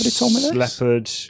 leopard